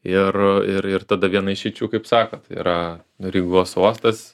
ir ir ir tada viena išeičių kaip sakot yra rygos uostas